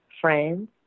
friends